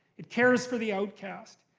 it cares for the outcast.